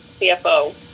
CFO